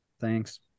Thanks